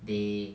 they